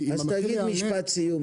כי אם --- אז תגיד משפט סיום,